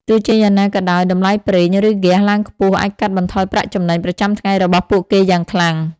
ទោះជាយ៉ាងណាក៏ដោយ តម្លៃប្រេង ឬ ហ្គាសឡើងខ្ពស់អាចកាត់បន្ថយប្រាក់ចំណេញប្រចាំថ្ងៃរបស់ពួកគេយ៉ាងខ្លាំង។